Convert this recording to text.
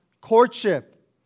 courtship